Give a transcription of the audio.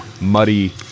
muddy